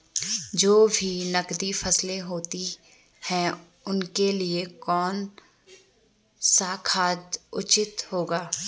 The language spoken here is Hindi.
जो भी नकदी फसलें होती हैं उनके लिए कौन सा खाद उचित होगा?